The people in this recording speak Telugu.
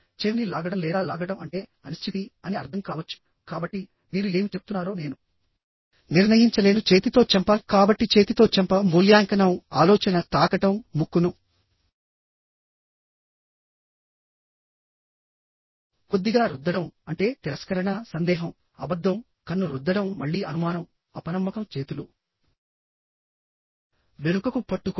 చెవిని లాగడం లేదా లాగడం అంటే అనిశ్చితి అని అర్ధం కావచ్చు కాబట్టి మీరు ఏమి చెప్తున్నారో నేను నిర్ణయించలేను చేతితో చెంప కాబట్టి చేతితో చెంప మూల్యాంకనం ఆలోచన తాకడం ముక్కును కొద్దిగా రుద్దడం అంటే తిరస్కరణ సందేహం అబద్ధం కన్ను రుద్దడం మళ్ళీ అనుమానం అపనమ్మకం చేతులు వెనుకకు పట్టుకోవడం